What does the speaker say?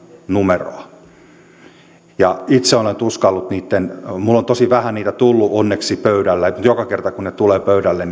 numeroa itse olen tuskaillut niitten kanssa minulle on tosi vähän niitä tullut onneksi pöydälle mutta joka kerta olen tuskaillut kun niitä tulee pöydälle